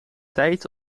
tijd